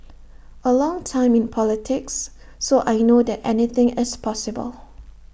A long time in politics so I know that anything is possible